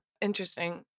interesting